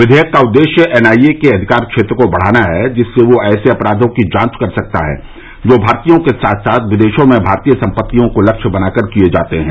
विधेयक का उद्देश्य एन आई ए के अधिकार क्षेत्र को बढ़ाना है जिससे वह ऐसे अपराधों की जांच कर सकता है जो भारतीयों के साथ साथ विदेशों में भारतीय सम्पत्तियों को लक्ष्य बनाकर किए जाते हैं